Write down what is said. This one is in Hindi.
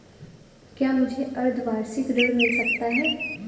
क्या मुझे अर्धवार्षिक ऋण मिल सकता है?